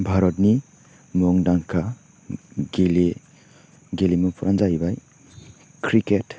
भारतनि मुंदांखा गेले गेलेमुफ्रानो जाहैबाय क्रिकेट